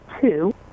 two